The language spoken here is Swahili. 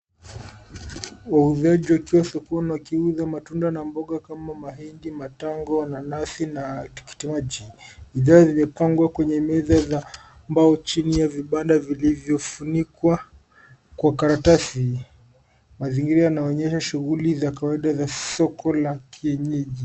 Wauzaji wakiwa sokoni wakiuza matunda na mboga kama mahindi, matango, nanasi na tikiti maji. Bidhaa vimepangwa kwenye meza za mbao chini ya vibanda vilivyofunikwa kwa karatasi. Mazingira yanaonyesha shughuli za kawaida za soko la kienyeji.